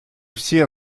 все